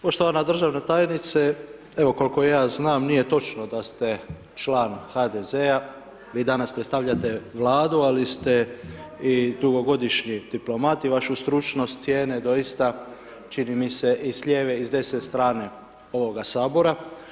Poštovana državna tajnice, evo koliko ja znam, nije točno da ste član HDZ-a, vi danas predstavljate Vladu, ali ste i dugogodišnji diplomat i vašu stručnost cijene doista, čini mi se, i s lijeve i s desne strane ovog Sabora.